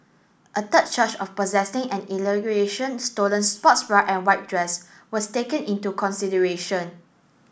a third charge of possessing an allegation stolen sports bra and white dress was taken into consideration